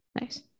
Nice